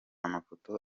amafoto